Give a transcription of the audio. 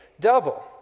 double